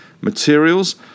Materials